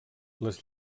les